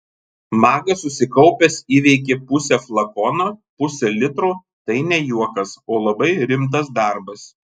magas susikaupęs įveikė pusę flakono pusė litro tai ne juokas o labai rimtas darbas